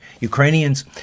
Ukrainians